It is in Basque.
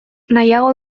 nahiago